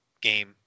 game